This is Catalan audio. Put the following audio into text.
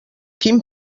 quin